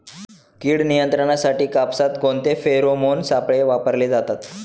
कीड नियंत्रणासाठी कापसात कोणते फेरोमोन सापळे वापरले जातात?